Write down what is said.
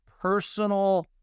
personal